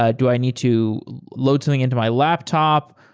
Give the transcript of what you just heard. ah do i need to load something into my laptop?